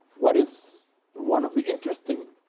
what is one of the interesting